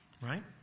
Right